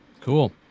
Cool